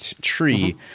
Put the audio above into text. tree